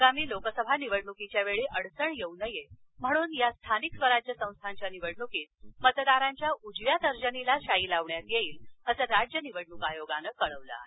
आगामी लोकसभा निवडणुकीच्यावेळी अडचण येऊ नये म्हणून या स्थानिक स्वराज्य संस्थांच्या निवडणुकीत मतदाराच्या उजव्या तर्जनीला शाई लावण्यात येईल असं राज्य निवडणुक आयोगानं कळवलं आहे